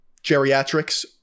geriatrics